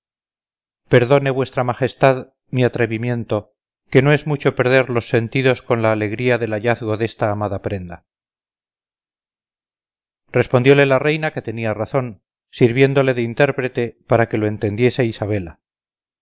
perdone vuestra majestad mi atrevimiento que no es mucho perder los sentidos con la alegría del hallazgo desta amada prenda respondióle la reina que tenía razón sirviéndole de intérprete para que lo entendiese isabela